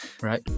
Right